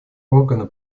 органа